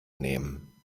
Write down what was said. nehmen